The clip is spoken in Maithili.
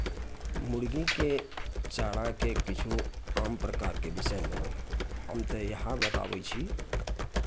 मुर्गीके चाराके किछु आम प्रकारके विषयमे हम तऽ इएह बताबै छी